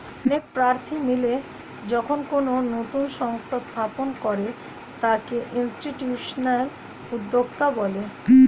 অনেক প্রার্থী মিলে যখন কোনো নতুন সংস্থা স্থাপন করে তাকে ইনস্টিটিউশনাল উদ্যোক্তা বলে